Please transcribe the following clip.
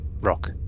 rock